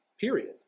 Period